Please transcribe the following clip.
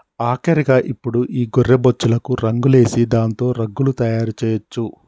ఆఖరిగా ఇప్పుడు ఈ గొర్రె బొచ్చులకు రంగులేసి దాంతో రగ్గులు తయారు చేయొచ్చు